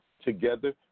together